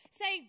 say